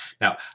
Now